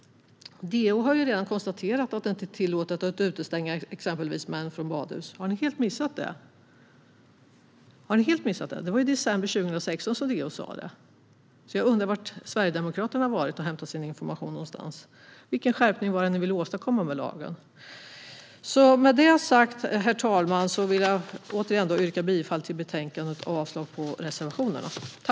DO har ju redan konstaterat att det inte är tillåtet att utestänga exempelvis män från badhus. Har ni helt missat det? Det var ju i december 2016 som DO sa det, så jag undrar var Sverigedemokraterna har hämtat sin information någonstans. Vilken skärpning vill ni åstadkomma med lagen? Med det sagt, herr talman, vill jag yrka bifall till utskottets förslag i betänkandet och avslag på reservationerna.